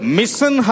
mission